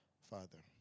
Father